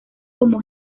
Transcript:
como